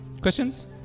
Questions